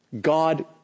God